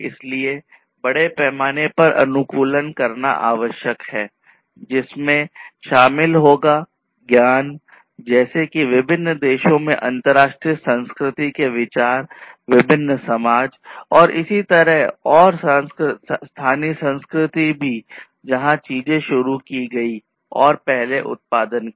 इसलिए बड़े पैमाने पर अनुकूलन करना आवश्यक है जिसमें शामिल होगा ज्ञान जैसे कि विभिन्न देशों में अंतरराष्ट्रीय संस्कृति के विचार विभिन्न समाज और इसी तरह और स्थानीय संस्कृति भी जहाँ चीजें शुरू की गई और पहले उत्पादन किया